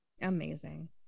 Amazing